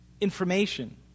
information